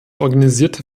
organisierte